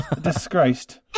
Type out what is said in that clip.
disgraced